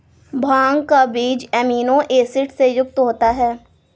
भांग का बीज amino acid से युक्त होता है